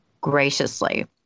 graciously